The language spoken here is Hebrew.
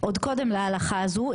עוד קודם להלכה הזו,